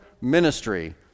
ministry